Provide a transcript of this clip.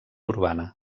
urbana